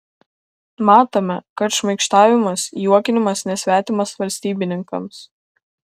matome kad šmaikštavimas juokinimas nesvetimas valstybininkams